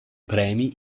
premi